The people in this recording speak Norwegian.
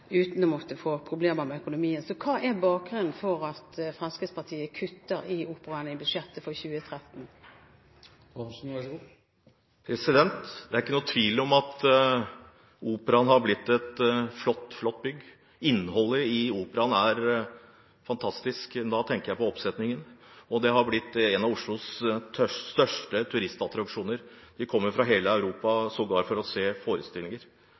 uten å måtte få problemer med økonomien. Hva er bakgrunnen for at Fremskrittspartiet kutter i Operaens budsjett for 2013? Det er ingen tvil om at Operaen har blitt et flott bygg. Innholdet i Operaen er fantastisk – da tenker jeg på oppsetninger – og den har blitt en av Oslos største turistattraksjoner. Folk kommer fra hele Europa sågar for å se forestillinger.